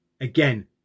again